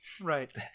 right